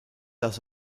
das